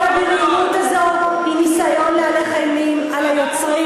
כל הבריונות הזו היא ניסיון להלך אימים על היוצרים,